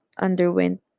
underwent